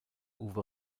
uwe